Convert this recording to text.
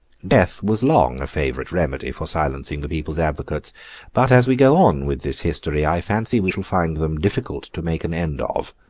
death was long a favourite remedy for silencing the people's advocates but as we go on with this history, i fancy we shall find them difficult to make an end of,